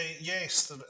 Yes